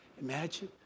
Imagine